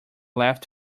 left